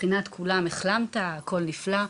מבחינת כולם אם החלמת אז הכול נפלא.